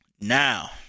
Now